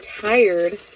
tired